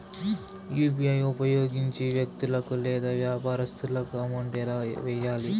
UPI ఉపయోగించి వ్యక్తులకు లేదా వ్యాపారస్తులకు అమౌంట్ ఎలా వెయ్యాలి